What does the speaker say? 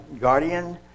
Guardian